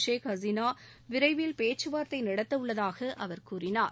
ஷேக் ஹசீனா விரைவில் பேச்சுவார்த்தை நடத்தவுள்ளதாக அவர் கூறினார்